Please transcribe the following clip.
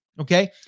okay